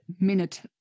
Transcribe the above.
minute